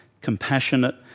compassionate